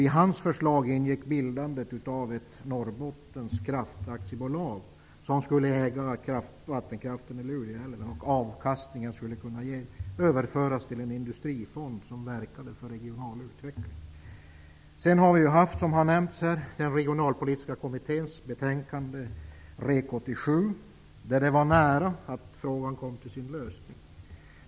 I hans förslag ingick bildandet av ett Vidare har det varit den regionalpolitiska kommitténs betänkande REK 87. Där var det nära att frågan kom till sin lösning.